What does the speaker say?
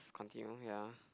continue ya